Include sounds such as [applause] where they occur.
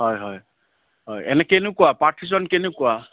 হয় হয় হয় এনে কেনেকুৱা [unintelligible] কেনেকুৱা